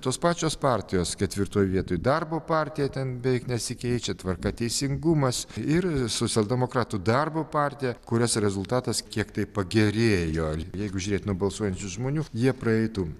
tos pačios partijos ketvirtoj vietoj darbo partija ten beveik nesikeičia tvarka teisingumas ir socialdemokratų darbo partija kurios rezultatas kiek tai pagerėjo jeigu žiūrėt nuo balsuojančių žmonių jie praeitų